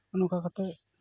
ᱱᱚᱝᱠᱟ ᱠᱟᱛᱮ